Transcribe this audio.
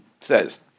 says